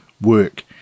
work